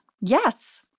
Yes